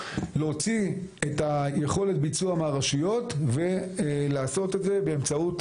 להוציא את יכולת הביצוע מהרשויות ולעשות את זה באמצעות